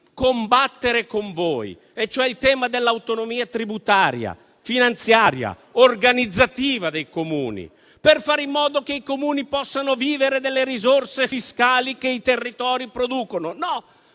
combattere con voi, e cioè il tema dell'autonomia tributaria, finanziaria, organizzativa dei Comuni per fare in modo che possano vivere delle risorse fiscali che i territori producono. Di